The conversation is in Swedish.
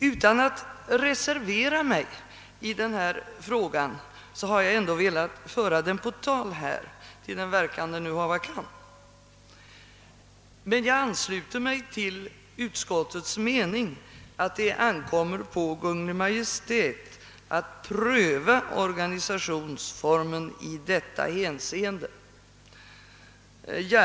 Utan att reservera mig i denna fråga har jag ändå velat föra den på tal till den verkan det hava kan. Jag ansluter mig emellertid till utskottets uttalande att det ankommer på Kungl. Maj:t att pröva organisationsformen i detta hänseende.